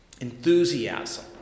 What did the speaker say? enthusiasm